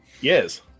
Yes